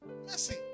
Mercy